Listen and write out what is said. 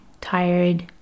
tired